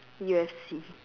U_F_C